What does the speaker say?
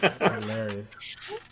Hilarious